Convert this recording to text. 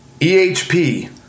EHP